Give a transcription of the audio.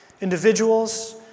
individuals